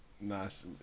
nice